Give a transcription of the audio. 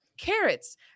Carrots